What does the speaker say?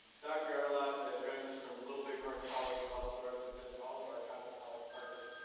dr. yarlott joins us from little big horn college but also represents all of our travel college partners.